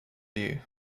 you